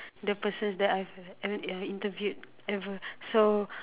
the persons that I've I mean uh interviewed ever so